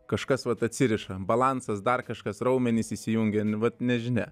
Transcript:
kažkas vat atsiriša balansas dar kažkas raumenys įsijungia vat nežinia